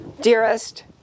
Dearest